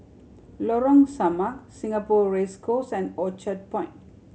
Lorong Samak Singapore Race Course and Orchard Point